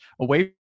away